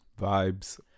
vibes